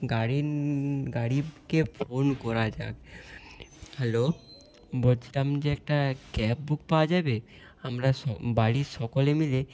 গাড়িইইন গাড়িকে ফোন করা যাক হ্যালো বলছিলাম যে একটা ক্যাব বুক পাওয়া যাবে আমরা স বাড়ির সকলে মিলে